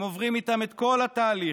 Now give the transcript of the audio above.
הם עוברים איתם את כל התהליך,